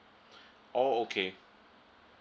oh okay